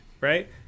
right